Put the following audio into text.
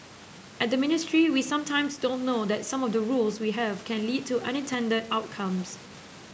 at the ministry we sometimes don't know that some of the rules we have can lead to unintended outcomes